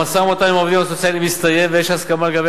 המשא-ומתן עם העובדים הסוציאליים הסתיים ויש הסכמה לגבי